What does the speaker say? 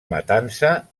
matança